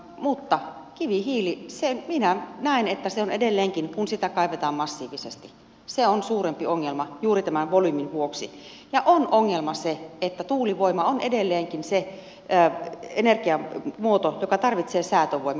mutta minä näen että kivihiili on edelleenkin kun sitä kaivetaan massiivisesti suurempi ongelma juuri tämän volyymin vuoksi ja on ongelma se että tuulivoima on edelleenkin se energiamuoto joka tarvitsee säätövoimaa